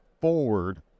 forward